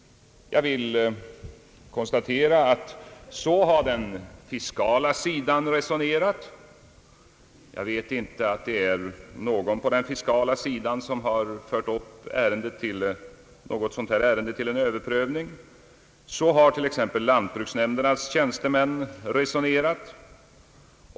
Jag vill konstatera att den fiskala sidan resonerat på detta sätt. Jag känner inte till att någon på den fiskala sidan fört upp något sådant ärende till en överprövning. Lantbruksnämndernas tjänstemän har resonerat på samma sätt.